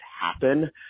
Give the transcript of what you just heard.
happen